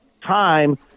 time